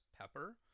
pepper